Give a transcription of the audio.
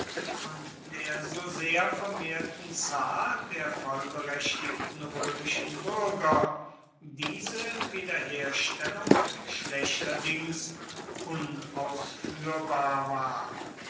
und der so sehr vermehrten zahl der vollberechtigten römischen bürger diese wiederherstellung schlechterdings unausführbar war